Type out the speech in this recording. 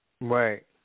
Right